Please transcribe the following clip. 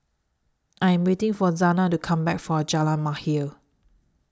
I Am waiting For Zana to Come Back from Jalan Mahir